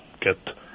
get